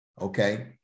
okay